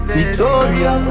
Victoria